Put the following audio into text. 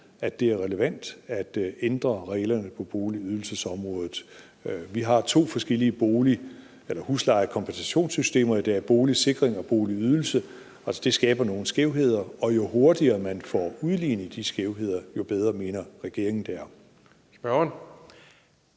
at det er relevant at ændre reglerne på boligydelsesområdet. Vi har to forskellige huslejekompensationssystemer i dag – boligsikring og boligydelse – og det skaber nogle skævheder, og jo hurtigere man får udlignet de skævheder, jo bedre mener regeringen det er.